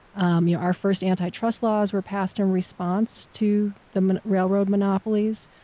um yeah our first anti-trust laws were passed in response to the railroad monopolies,